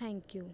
thank you